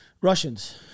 Russians